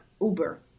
Uber